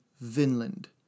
Vinland